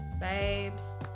babes